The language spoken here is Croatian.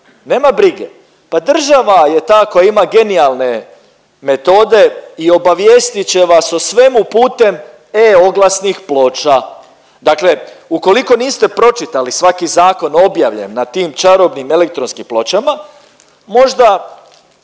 nema brige, pa država je ta koja ima genijalne metode i obavijestit će vas o svemu putem e-Oglasnih ploča. Dakle, ukoliko niste pročitali svaki zakon objavljenim na tim čarobnim elektronskim pločama, možda